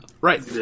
right